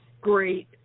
great